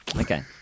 Okay